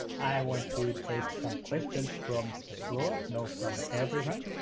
i want to take some questions from the floor. now, from everyone.